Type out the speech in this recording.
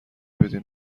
بدن